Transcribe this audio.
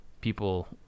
people